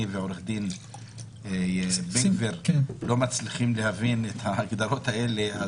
ועורך דין בן גביר לא מצליחים להבין את ההגדרות האלה,